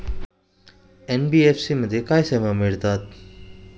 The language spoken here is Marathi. एन.बी.एफ.सी मध्ये काय सेवा मिळतात?